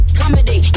comedy